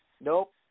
Nope